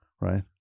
Right